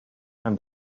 and